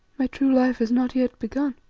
my true life has not yet begun.